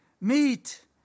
Meet